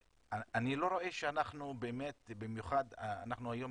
ואני לא רואה שאנחנו באמת במיוחד אנחנו היום